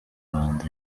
rwanda